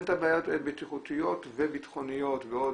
אין את כל הבעיות הבטיחותיות וביטחוניות ועוד.